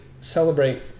celebrate